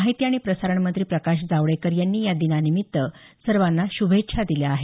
माहिती आणि प्रसारण मंत्री प्रकाश जावडेकर यांनी या दिनानिमित्त सर्वांना शुभेच्छा दिल्या आहेत